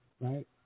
right